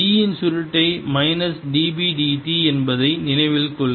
E இன் சுருட்டை minus dB dt என்பதை நினைவில் கொள்க